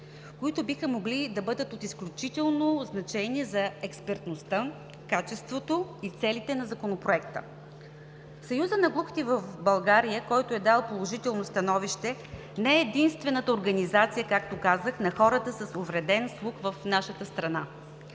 които биха могли да бъдат от изключително значение за експертността, качеството и целите на Законопроекта. Съюзът на глухите в България, който е дал положително становище, не е единствената организация в нашата страна, както казах, на хората с увреден слух. Така например